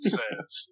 says